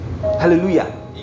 Hallelujah